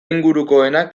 ingurukoenak